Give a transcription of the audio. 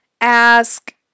Ask